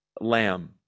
lamb